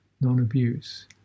non-abuse